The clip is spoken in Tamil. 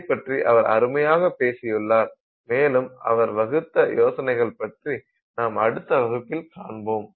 இதைப்பற்றி அவர் அருமையாக பேசியுள்ளார் மேலும் அவர் வகுத்த யோசனைகள் பற்றி நாம் அடுத்த வகுப்பில் காண்போம்